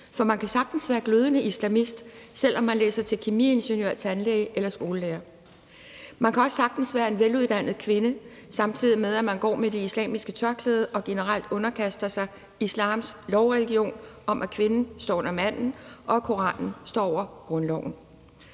For man kan sagtens være glødende islamist, selv om man læser til kemiingeniør, tandlæge eller skolelærer. Man kan også sagtens være en veluddannet kvinde, samtidig med at man går med det islamiske tørklæde og generelt underkaster sig islams lovreligion om, at kvinden står under manden, og at Koranen står over grundloven,